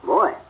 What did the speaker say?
Boy